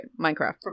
Minecraft